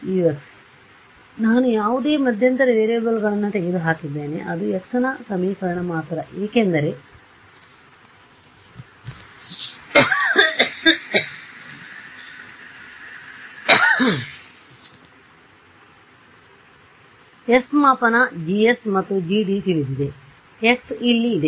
ಈಗ ನಾನು ಯಾವುದೇ ಮಧ್ಯಂತರ ವೇರಿಯೇಬಲ್ಗಳನ್ನು ತೆಗೆದುಹಾಕಿದ್ದೇನೆ ಅದು x ನ ಸಮೀಕರಣ ಮಾತ್ರ ಏಕೆಂದರೆ s ಮಾಪನ GS ಮತ್ತು GD ತಿಳಿದಿದೆ x ಇಲ್ಲಿ ಇದೆ